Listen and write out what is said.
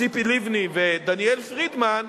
ציפי לבני ודניאל פרידמן,